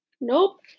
Nope